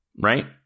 right